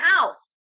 house